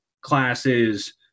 classes